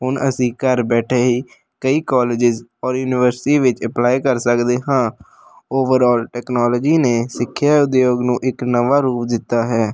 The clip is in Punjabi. ਹੁਣ ਅਸੀਂ ਘਰ ਬੈਠੇ ਹੀ ਕਈ ਕਾਲਜਿਸ ਔਰ ਯੂਨੀਵਰਸਿਟੀ ਵਿੱਚ ਅਪਲਾਈ ਕਰ ਸਕਦੇ ਹਾਂ ਓਵਰਆਲ ਟੈਕਨੋਲੋਜੀ ਨੇ ਸਿੱਖਿਆ ਉਦਯੋਗ ਨੂੰ ਇੱਕ ਨਵਾਂ ਰੂਪ ਦਿੱਤਾ ਹੈ